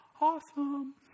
awesome